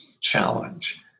challenge